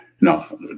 No